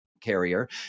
carrier